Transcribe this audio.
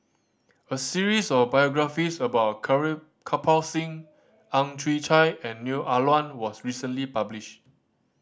a series of biographies about Kirpal Singh Ang Chwee Chai and Neo Ah Luan was recently published